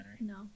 No